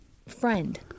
friend